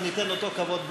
אנחנו ניתן אותו כבוד בדיוק.